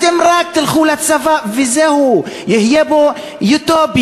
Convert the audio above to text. אתם רק תלכו לצבא וזהו, תהיה פה אוטופיה.